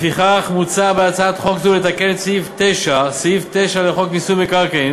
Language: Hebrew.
לפיכך מוצע בהצעת חוק זו לתקן את סעיף 9 לחוק מיסוי מקרקעין